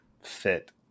fit